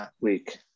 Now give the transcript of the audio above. week